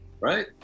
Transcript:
right